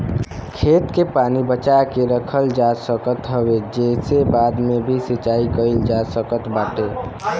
खेत के पानी बचा के रखल जा सकत हवे जेसे बाद में भी सिंचाई कईल जा सकत बाटे